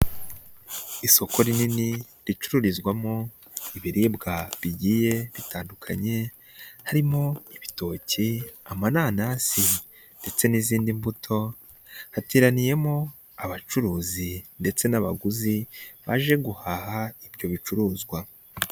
Isoko rinini ricururizwamo ibiribwa bigiye bitandukanye, harimo: ibitoki, amananasi ndetse n'izindi mbuto, hateraniyemo abacuruzi ndetse n'abaguzi baje guhaha ibyo bicuruzwa.